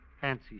fancy